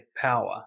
power